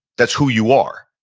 that's who you are.